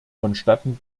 vonstatten